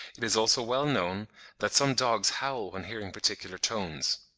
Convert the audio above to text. it is also well known that some dogs howl when hearing particular tones.